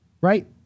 right